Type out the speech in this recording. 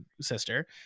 sister